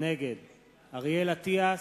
נגד אריאל אטיאס,